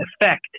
effect